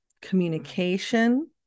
communication